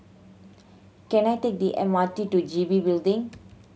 can I take the M R T to G B Building